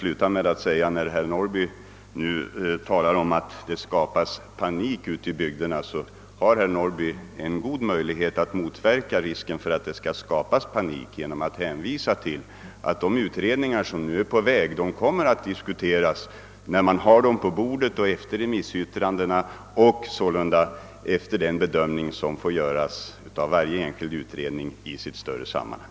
Herr Norrby talade om att det skapas »panik» i bygderna. I så fall har herr Norrby en god möjlighet att motverka risken för panik genom att hänvisa till att de utredningar som pågår kommer att diskuteras när de är färdiga och remissinstanserna yttrat sig om dem. Varje utredning måste bedömas i sitt större sammanhang.